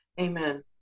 Amen